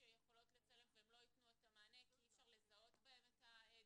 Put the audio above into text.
שיכולות לצלם והם לא יתנו את המענה כי אי אפשר לזהות בהן את התמונות,